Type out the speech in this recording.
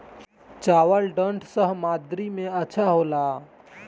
चावल ठंढ सह्याद्री में अच्छा होला का?